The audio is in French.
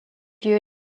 lieu